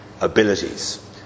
abilities